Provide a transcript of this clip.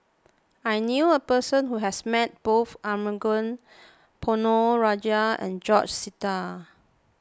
I knew a person who has met both Arumugam Ponnu Rajah and George Sita